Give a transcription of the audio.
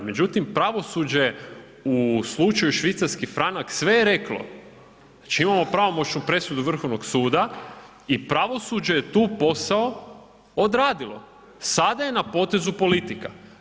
Međutim, pravosuđe u slučaju švicarski franak sve je reklo, znači imamo pravomoćnu presudu Vrhovnog suda i pravosuđe je tu posao odradilo, sada je na potezu politika.